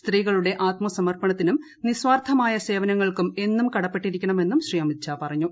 സ്ത്രീകളുടെ ആത്മസമർപ്പണത്തിനും നിസ്വാർഥമായ സേവനങ്ങൾക്കും എന്നും കടപ്പെട്ടിരിക്കണമെന്നും ശ്രീ അമിത്ഷാ പറഞ്ഞു